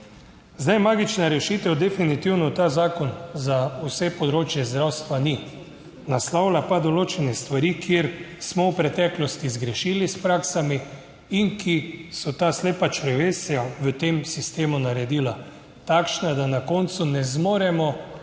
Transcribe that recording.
Zdaj, magična rešitev definitivno ta zakon za vse področje zdravstva ni, naslavlja pa določene stvari, kjer smo v preteklosti zgrešili s praksami in ki so ta slepa črevesja v tem sistemu naredila takšna, da na koncu ne zmoremo,